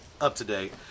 up-to-date